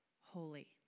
holy